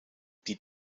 die